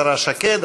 השרה שקד,